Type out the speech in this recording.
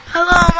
Hello